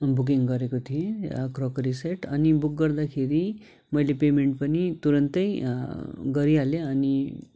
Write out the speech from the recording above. booking गरेको थिएँ crockery set अनि बुक गर्दाखेरि मैले पेमेन्ट पनि तुरुन्तै गरिहालेँ अनि